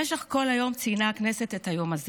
במשך כל היום ציינה הכנסת את היום הזה